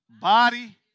body